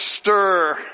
stir